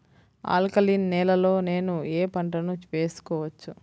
Alkaline నేలలో నేనూ ఏ పంటను వేసుకోవచ్చు?